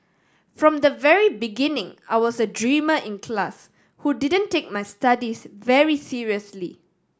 from the very beginning I was a dreamer in class who didn't take my studies very seriously